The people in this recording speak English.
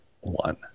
one